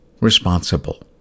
responsible